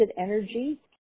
energy